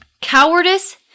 Cowardice